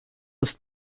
ist